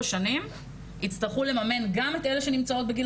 שנים יצטרכו לממן גם אלה שנמצאות בגיל